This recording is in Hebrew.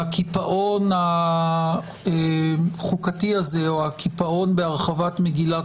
הקיפאון החוקתי הזה או הקיפאון בהרחבת מגילת